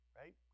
right